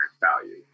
value